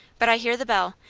but i hear the bell.